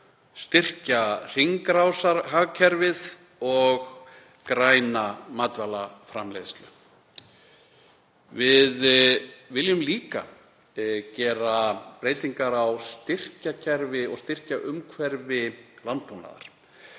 styrkja hringrásarhagkerfið og græna matvælaframleiðslu. Við viljum líka gera breytingar á styrkjakerfi og styrkjaumhverfi landbúnaðar.